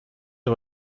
des